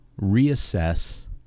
reassess